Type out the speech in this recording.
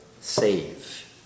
save